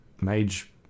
Mage